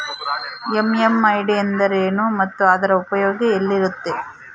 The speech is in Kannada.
ಎಂ.ಎಂ.ಐ.ಡಿ ಎಂದರೇನು ಮತ್ತು ಅದರ ಉಪಯೋಗ ಎಲ್ಲಿರುತ್ತೆ?